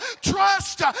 trust